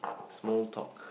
small talk